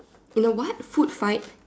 in a what food fight